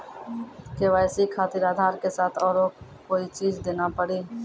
KYC खातिर आधार के साथ औरों कोई चीज देना पड़ी?